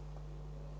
Hvala